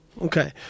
Okay